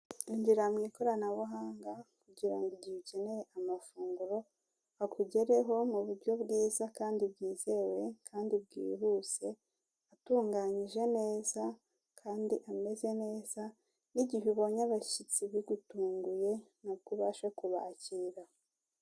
Injira mu ikoranabuhanga kugira ngo igihe ukeneye amafunguro akugereho mu buryo bwiza kandi bwizewe kandi bwihuse atunganyije neza kandi ameze neza n'igihe ubonye abashyitsi bigutunguye nabwo ubashe kubakira.